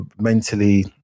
mentally